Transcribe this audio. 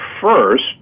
first